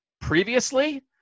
previously